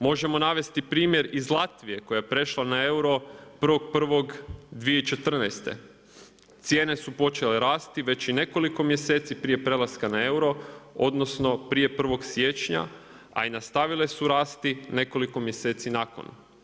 Možemo navesti primjer iz Latvije, koja je prešla na euro 1.1.2014., cijene su počele rasti, već i nekoliko mjeseci prije prelaska na euro, odnosno, prije prvog siječnja, a i nastavile su rasti nekoliko mjeseci nakon.